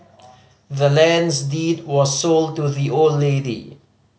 the land's deed was sold to the old lady